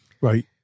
Right